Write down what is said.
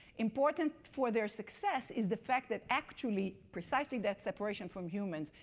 important for their success is the fact that actually, precisely that separation from humans.